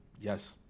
Yes